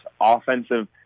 offensive